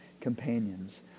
companions